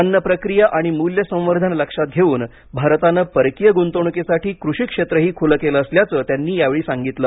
अन्न प्रक्रिया आणि मूल्य संवर्धन लक्षात घेऊन भारताने परकीय गुंतवणुकीसाठी भारताने कृषी क्षेत्रही खुलं केलं असल्याचं त्यांनी यावेळी सांगितलं